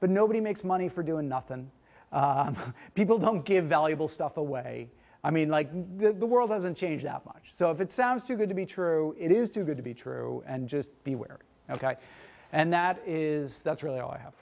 but nobody makes money for doing nothing people don't give valuable stuff away i mean like the world doesn't change that much so if it sounds too good to be true it is too good to be true and just be where ok and that is that's really all i have